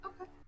okay